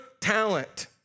talent